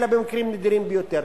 אלא במקרים נדירים ביותר,